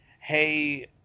Hey